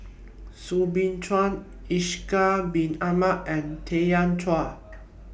Soo Bin Chua Ishak Bin Ahmad and Tanya Chua